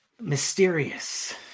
mysterious